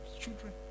children